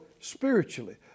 spiritually